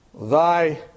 thy